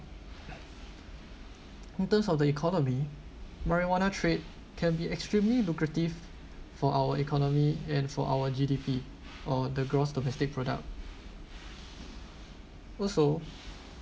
in terms of the economy marijuana trade can be extremely lucrative for our economy and for our G_D_P or the gross domestic product also